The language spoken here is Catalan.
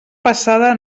passada